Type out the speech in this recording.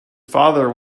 father